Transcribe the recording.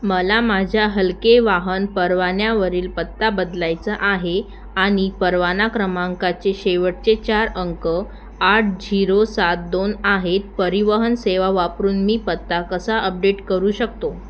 मला माझ्या हलके वाहन परवान्यावरील पत्ता बदलायचा आहे आणि परवाना क्रमांकाचे शेवटचे चार अंक आठ झिरो सात दोन आहेत परिवहन सेवा वापरून मी पत्ता कसा अपडेट करू शकतो